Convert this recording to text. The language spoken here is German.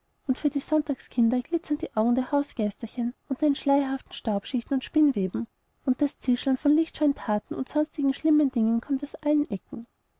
und für die sonntagskinder glitzern die augen der hausgeisterchen unter den schleierhaften staubschichten und spinnweben und das zischeln von lichtscheuen thaten und sonstigen schlimmen dingen kommt aus allen ecken